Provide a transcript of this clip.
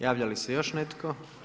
Javlja li se još netko?